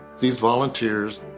these volunteers,